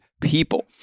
people